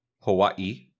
Hawaii